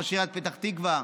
ראש עיריית פתח תקווה.